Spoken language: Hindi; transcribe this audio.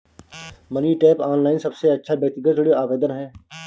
मनी टैप, ऑनलाइन सबसे अच्छा व्यक्तिगत ऋण आवेदन है